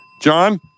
John